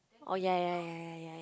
orh ya ya ya ya ya ya